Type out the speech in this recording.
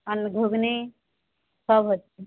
আলু ঘুগনি সব হচ্ছে